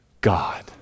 God